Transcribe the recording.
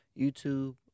youtube